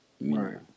Right